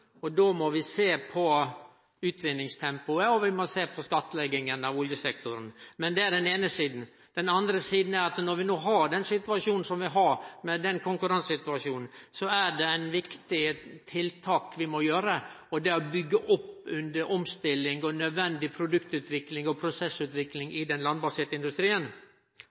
oljealderen. Då må vi sjå på utvinningstempoet, og vi må sjå på skattlegginga av oljesektoren. Men det er den eine sida. Den andre sida er at når vi no har den konkurransesituasjonen som vi har, er det eit viktig tiltak vi må setje inn, og det er å byggje opp under omstilling og nødvendig produkt- og prosessutvikling i den landbaserte industrien.